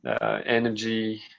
energy